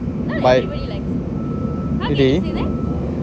like really